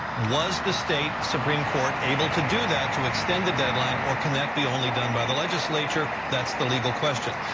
was the state supreme court able to do that to extend the deadline or can that be done by the legislature? that's the legal question.